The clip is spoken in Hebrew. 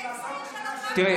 על התורה, שערורייה?